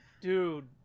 dude